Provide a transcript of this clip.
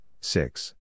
six